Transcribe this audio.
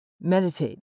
Meditate